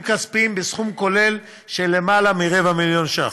כספיים בסכום כולל של יותר מרבע מיליון ש"ח.